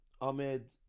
Ahmed